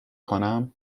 کنم